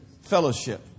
Fellowship